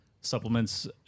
supplements